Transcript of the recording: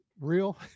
real